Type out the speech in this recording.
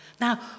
Now